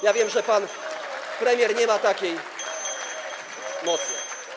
Ja wiem, że pan premier nie ma takiej mocy.